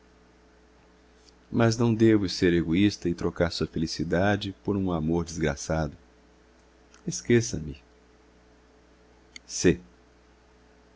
mas não devo ser egoísta e trocar sua felicidade por um amor desgraçado esqueça me reli